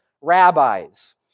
rabbis